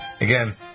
Again